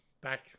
back